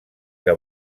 que